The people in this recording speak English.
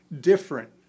different